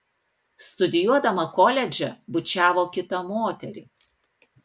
studijuodama koledže bučiavo kitą moterį